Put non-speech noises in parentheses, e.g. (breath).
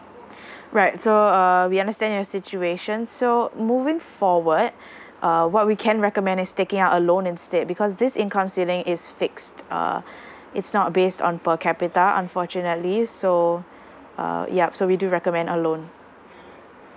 (breath) right so uh we understand your situation so moving forward (breath) uh what we can recommend is taking out a loan instead because this income ceiling is fixed uh (breath) it's not based on per capita unfortunately so (breath) uh yup so we do recommend a loan